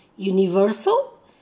Universal